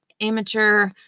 amateur